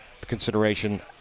consideration